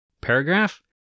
paragraph